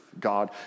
God